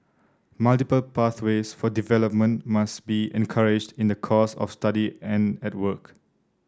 multiple pathways for development must be encouraged in the course of study and at work